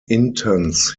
intense